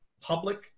public